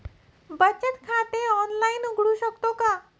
बचत खाते ऑनलाइन उघडू शकतो का?